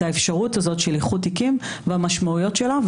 האפשרות הזאת של איחוד תיקים והמשמעויות שלו.